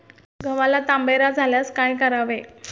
गव्हाला तांबेरा झाल्यास काय करावे?